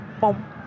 boom